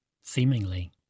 seemingly